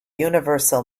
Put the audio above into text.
universal